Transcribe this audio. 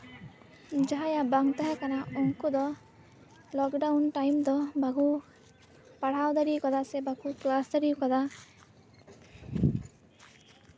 ᱡᱟᱦᱟᱸᱭᱟᱜ ᱵᱟᱝ ᱛᱟᱦᱮᱸ ᱠᱟᱱᱟ ᱩᱱᱠᱩ ᱫᱚ ᱞᱚᱠᱰᱟᱣᱩᱱ ᱴᱟᱭᱤᱢ ᱫᱚ ᱵᱟᱠᱩ ᱯᱟᱲᱦᱟᱣ ᱫᱟᱲᱮᱣ ᱟᱠᱟᱫᱟ ᱥᱮ ᱵᱟᱠᱩ ᱠᱞᱟᱥ ᱫᱟᱲᱮᱣ ᱟᱠᱟᱫᱟ